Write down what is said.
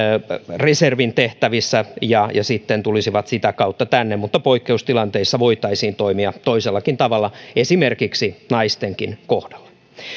reservin tehtävissä ja sitten tulisivat sitä kautta tänne mutta poikkeustilanteissa voitaisiin toimia toisellakin tavalla esimerkiksi naistenkin kohdalla